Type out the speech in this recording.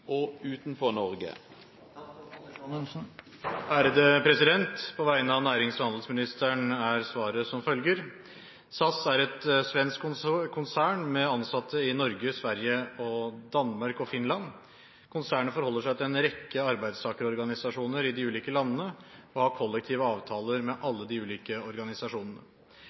og utenfor Norge?» På vegne av nærings- og handelsministeren er svaret som følger: SAS er et svensk konsern med ansatte i Norge, Sverige, Danmark og Finland. Konsernet forholder seg til en rekke arbeidstakerorganisasjoner i de ulike landene og har kollektive avtaler med alle de ulike organisasjonene.